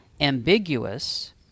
ambiguous